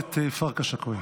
הכנסת סעדה, תורך לדבר יגיע.